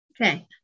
Okay